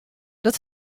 dat